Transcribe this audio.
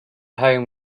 home